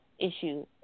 issue